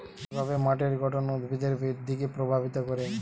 কিভাবে মাটির গঠন উদ্ভিদের বৃদ্ধিকে প্রভাবিত করে?